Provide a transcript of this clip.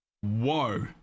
Whoa